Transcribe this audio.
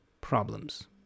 problems